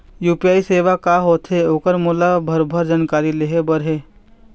UPI सेवा का होथे ओकर मोला भरभर जानकारी लेहे बर हे?